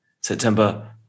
September